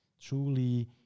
truly